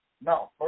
No